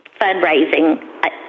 fundraising